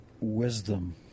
wisdom